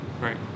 right